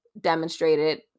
demonstrated